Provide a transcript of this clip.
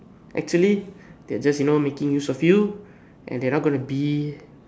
actually they are just you know making use of you and they are not going to be